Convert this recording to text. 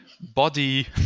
body